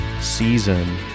season